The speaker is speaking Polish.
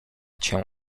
cię